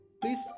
Please